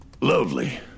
Lovely